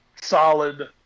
solid